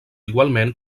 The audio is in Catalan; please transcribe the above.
igualment